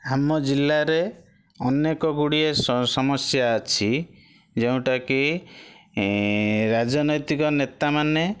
ଆମ ଜିଲ୍ଲାରେ ଅନେକ ଗୁଡ଼ିଏ ସମସ୍ୟା ଅଛି ଯେଉଁଟା କି ରାଜନୈତିକ ନେତାମାନେ